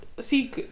see